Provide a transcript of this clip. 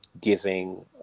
giving